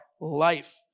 life